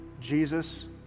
Jesus